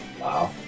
Wow